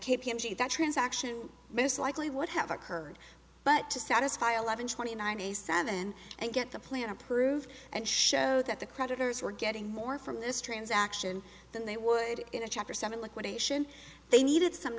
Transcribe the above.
the transaction most likely would have occurred but to satisfy eleven twenty nine a seven and get the plan approved and show that the creditors were getting more from this transaction than they would in a chapter seven liquidation they needed some